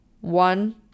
one